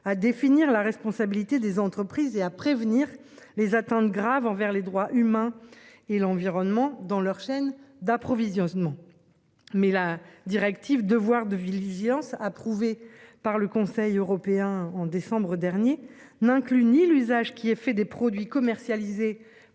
à définir la responsabilité des entreprises et à prévenir les atteintes graves envers les droits humains et l'environnement dans leurs chaînes d'approvisionnement. Mais la directive de voir de Vélizy lance approuvé par le Conseil européen en décembre dernier n'inclut ni l'usage qui est fait des produits commercialisés